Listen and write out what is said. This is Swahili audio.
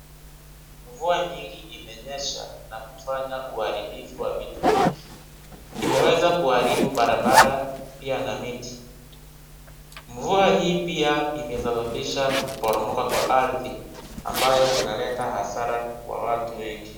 Mvua nyingi imejaa na kufanya uharibifu wa vitu vingi. Imeweza kuharibu barabara pia na miti. Mvua hii pia imesababisha kuboromoka Kwa ardhi ambayo inaleta hasara Kwa watu wengi.